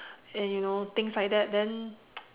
and you know things like that then